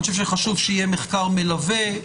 אני חושב שחשוב שיהיה מחקר מלווה,